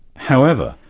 however,